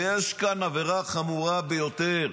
ויש כאן עבירה חמורה ביותר,